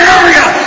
area